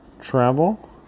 travel